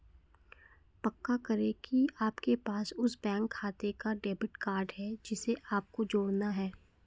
पक्का करें की आपके पास उस बैंक खाते का डेबिट कार्ड है जिसे आपको जोड़ना है